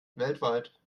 weltweit